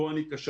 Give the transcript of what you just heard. כאן אני כשלתי,